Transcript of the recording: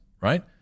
right